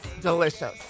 delicious